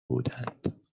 بودند